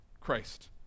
Christ